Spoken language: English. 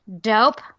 dope